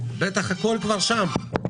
בטח הכול כבר שם,